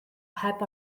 heb